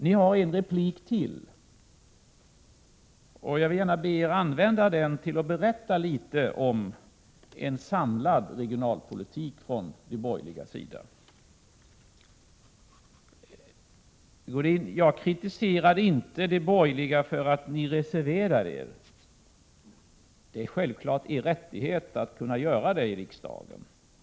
Ni har en replik till, och jag vill gärna be er använda den till att berätta litet om en samlad regionalpolitik från de borgerligas sida. Till Sigge Godin: Jag kritiserade inte de borgerliga för att ni reserverade er. Det är självklart er rättighet att kunna göra det i riksdagen.